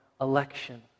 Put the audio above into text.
election